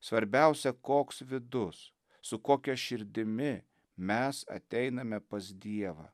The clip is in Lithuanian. svarbiausia koks vidus su kokia širdimi mes ateiname pas dievą